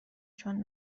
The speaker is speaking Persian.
چون